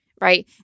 Right